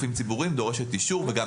זה לא רק אישור ברמה ---,